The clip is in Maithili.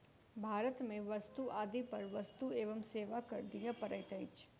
भारत में वस्तु आदि पर वस्तु एवं सेवा कर दिअ पड़ैत अछि